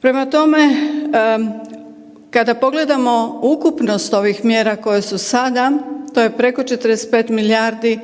Prema tome, kada pogledamo ukupnost ovih mjera koje su sada to je preko 45 milijardi